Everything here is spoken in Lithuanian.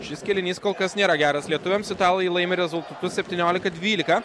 šis kėlinys kol kas nėra geras lietuviams italai laimi rezultatu septyniolika dvylika